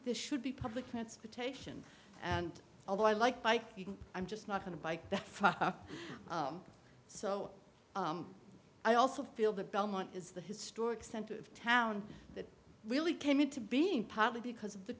there should be public transportation and although i like bike i'm just not going to bike that far so i also feel that belmont is the historic center of town that really came into being partly because of the